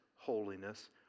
holiness